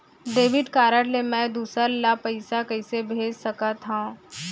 Debit card ले मैं दूसर ला पइसा कइसे भेज सकत हओं?